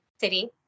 city